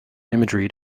imagery